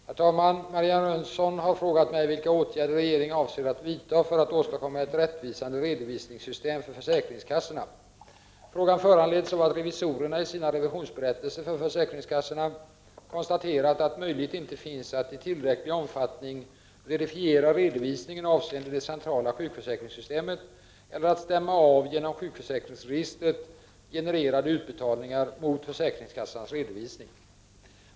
Herr talman! Marianne Jönsson har frågat mig vilka åtgärder regeringen avser att vidta för att åstadkomma ett rättvisande redovisningssystem för försäkringskassorna. Frågan föranleds av att revisorerna i sina revisionsberättelser för försäk 19 ringskassorna konstaterat att möjlighet inte finns att, i tillräcklig omfattning, verifiera redovisningen avseende det centrala sjukförsäkringssystemet eller att stämma av genom sjukförsäkringsregistret genererade utbetalningar mot försäkringskassans redovisning.